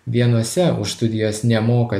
vienuose už studijas nemoka